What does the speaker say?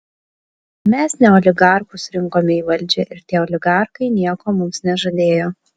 mes ne oligarchus rinkome į valdžią ir tie oligarchai nieko mums nežadėjo